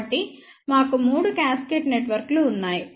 కాబట్టి మాకు మూడు క్యాస్కేడ్ నెట్వర్క్లు ఉన్నాయి